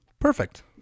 Perfect